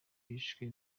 bishwe